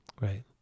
right